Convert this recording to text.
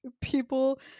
people